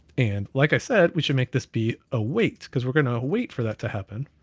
and like i said, we should make this be a wait, because we're gonna wait for that to happen,